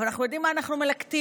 אבל אנחנו יודעים מה אנחנו מלקטים,